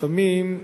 לפעמים,